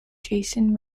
jason